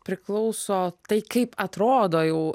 priklauso tai kaip atrodo jau